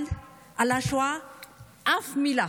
אבל אף מילה